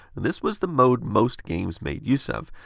this was the mode most games made use of.